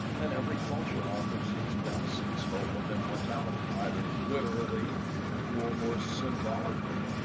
and every culture offers its denizens hope of immortality, either literally or or symbolically.